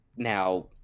now